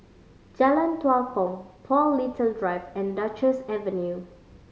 Jalan Tua Kong Paul Little Drive and Duchess Avenue